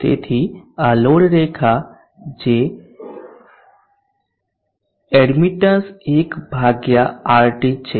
તેથી આ લોડ રેખા છે જેમાં એડમીટન્સ 1 RT છે